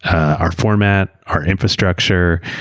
our format, our infrastructure,